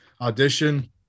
audition